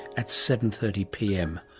at seven. thirty pm